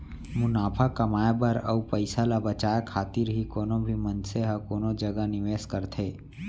मुनाफा कमाए बर अउ पइसा ल बचाए खातिर ही कोनो भी मनसे ह कोनो जगा निवेस करथे